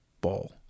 ball